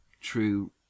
true